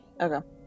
Okay